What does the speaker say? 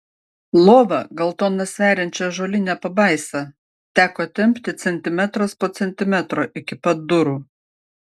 lova gal toną sveriančią ąžuolinę pabaisą teko tempti centimetras po centimetro iki pat durų